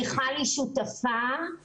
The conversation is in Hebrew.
רגע שאלתי אותך- - מיכל היא שותפה למדיניות.